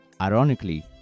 ironically